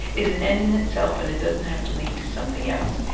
is an end in itself and it doesn't have to lead to something else.